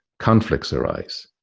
conflicts arise.